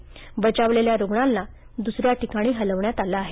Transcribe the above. तर बचावलेल्या रुग्णांना दुसऱ्या ठिकाणी हलवण्यात आलं आहे